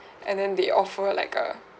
and then they offer like a